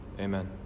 Amen